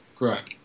Correct